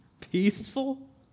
peaceful